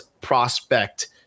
prospect